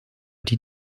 die